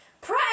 pray